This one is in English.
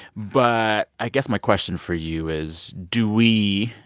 but i guess my question for you is, do we,